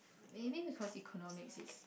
maybe because economics is